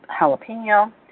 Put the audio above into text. jalapeno